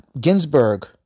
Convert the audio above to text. Ginsburg